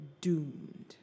doomed